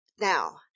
now